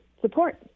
support